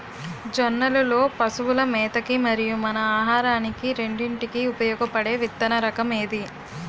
జొన్నలు లో పశువుల మేత కి మరియు మన ఆహారానికి రెండింటికి ఉపయోగపడే విత్తన రకం ఏది?